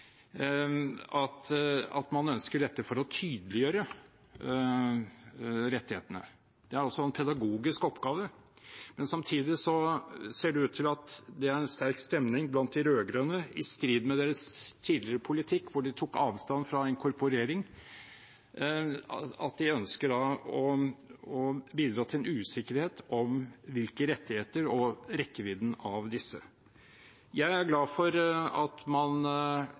at man ønsker dette for å tydeliggjøre rettighetene. Det er altså en pedagogisk oppgave. Men samtidig ser det ut til at det er en sterk stemning blant de rød-grønne, i strid med deres tidligere politikk, hvor de tok avstand fra inkorporering, at de ønsker å bidra til en usikkerhet om rettigheter og rekkevidden av disse. Jeg er glad for at man